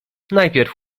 najpierw